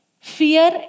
Fear